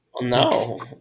No